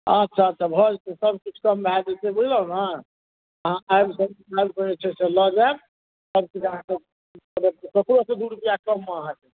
अच्छा अच्छा भऽ जेतै सभकिछु कम भए जेतै बुझलहुँ ने अहाँ आबिकऽ छै से लऽ जायब सभकिछु अहाँके ककरो सँ दू रुपैआ कममे अहाँके देब